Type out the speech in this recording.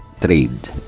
trade